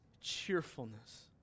cheerfulness